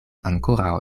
ankoraŭ